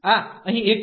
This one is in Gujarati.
તેથી આ અહીં 1 છે